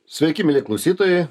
sveiki mielieji klausytojai